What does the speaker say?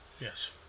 Yes